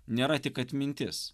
nėra tik atmintis